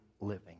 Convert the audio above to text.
living